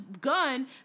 gun